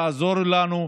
תעזור לנו,